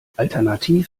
alternativ